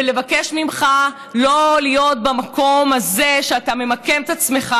ולבקש ממך לא להיות במקום הזה שאתה ממקם את עצמך,